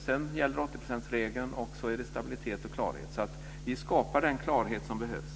Sedan gäller 80 procentsregeln, och det ger stabilitet och klarhet. Vi skapar den klarhet som behövs.